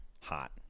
hot